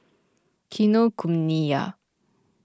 Kinokuniya